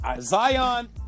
Zion